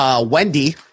Wendy